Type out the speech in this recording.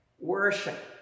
worship